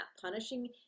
punishing